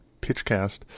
Pitchcast